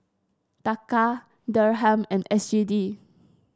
Taka Dirham and S G D